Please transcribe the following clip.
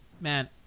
man